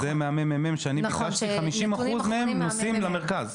זה מהממ"מ שאני ביקשתי: ש-50 אחוז מהם נוסעים למרכז.